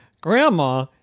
Grandma